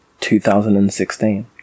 2016